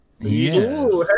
Yes